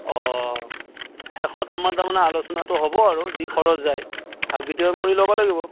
অ শেষত আমাৰ তাৰমানে আলোচনাটো হ'ব আৰু যি খৰচ যায় ভাগ বিতৰণ কৰি ল'ব লাগিব